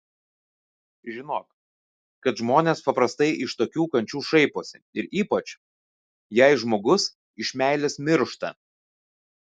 žinok kad žmonės paprastai iš tokių kančių šaiposi ir ypač jei žmogus iš meilės miršta